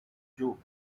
joke